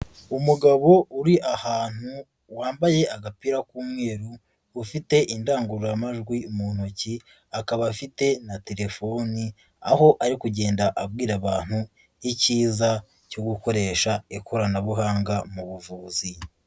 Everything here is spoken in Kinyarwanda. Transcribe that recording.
Umugabo uri ahantu, wambaye agapira k'umweru, ufite indangururamajwi mu ntoki, akaba afite na telefoni, aho ari kugenda abwira abantu, icyiza cyo gukoresha ikoranabuhanga mu buvuzi.